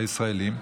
בישראלים,